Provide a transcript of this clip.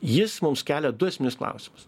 jis mums kelia du esminius klausimus